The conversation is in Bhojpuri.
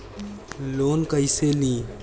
लोन कईसे ली?